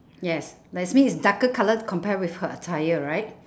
yes like it's mean it's darker colour to compare with her attire right